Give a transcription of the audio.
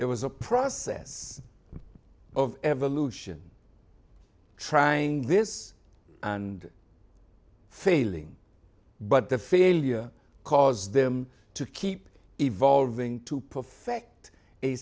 it was a process of evolution trying this and failing but the failure caused them to keep evolving to perfect a